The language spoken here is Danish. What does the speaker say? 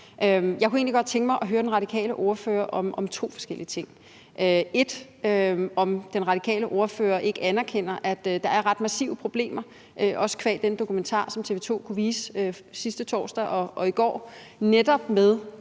egentlig godt tænke mig at høre den radikale ordfører om to forskellige ting. Den ene er, om den radikale ordfører ikke anerkender, også qua den dokumentar, som TV 2 kunne vise sidste torsdag og i går, at der